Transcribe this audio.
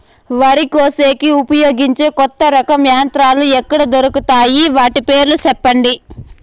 వరి కోసేకి ఉపయోగించే కొత్త రకం యంత్రాలు ఎక్కడ దొరుకుతాయి తాయి? వాటి రేట్లు చెప్పండి?